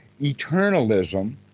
eternalism